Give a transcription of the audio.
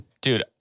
Dude